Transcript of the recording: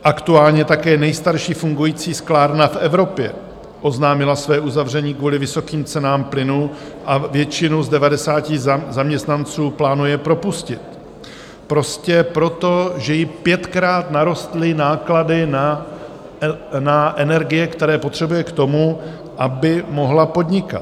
Aktuálně také nejstarší fungující sklárna v Evropě oznámila své uzavření kvůli vysokým cenám plynu a většinu z 90 zaměstnanců plánuje propustit prostě proto, že jí pětkrát narostly náklady na energie, které potřebuje k tomu, aby mohla podnikat.